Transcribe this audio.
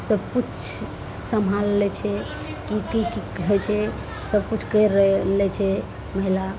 सबकिछु सम्हाल लै छै की की की होइ छै सबकिछु करि लै छै महिला